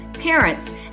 parents